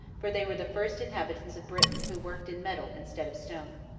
for they were the first inhabitants of britain who worked in metal instead of stone.